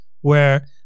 where-